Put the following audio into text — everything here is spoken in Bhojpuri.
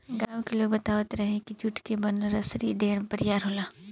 गांव के बुढ़ लोग बतावत रहे की जुट के बनल रसरी ढेर बरियार होला